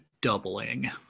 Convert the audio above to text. doubling